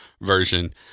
version